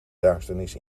duisternis